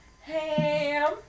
Ham